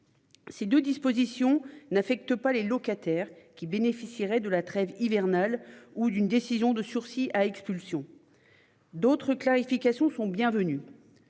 Ces 2 dispositions n'affecte pas les locataires qui bénéficierait de la trêve hivernale ou d'une décision de sursis à expulsion. D'autre clarification sont bienvenues.